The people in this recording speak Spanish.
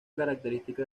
característica